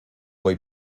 voy